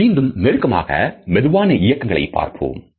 நாம் மீண்டும் நெருக்கமாக மெதுவான இயக்கங்களை பார்ப்போம்